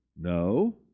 No